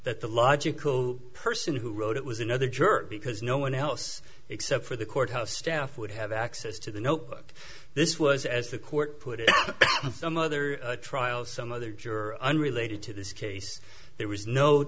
that the logical person who wrote it was another jerk because no one else except for the courthouse staff would have access to the notebook this was as the court put it some other trial some other juror unrelated to this case there was no